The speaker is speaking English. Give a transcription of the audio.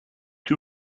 too